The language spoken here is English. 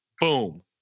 boom